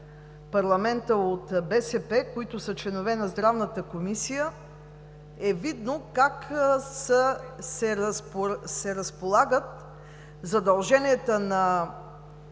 парламента от БСП, които са членове на Здравната комисия, е видно как се разполагат задълженията за